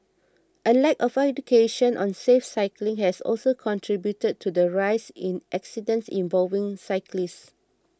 a lack of education on safe cycling has also contributed to the rise in accidents involving cyclists